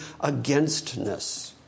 againstness